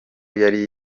yari